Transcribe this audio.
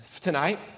tonight